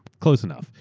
close enough.